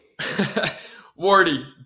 Wardy